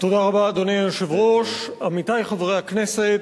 אדוני היושב-ראש, תודה רבה, עמיתי חברי הכנסת,